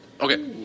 Okay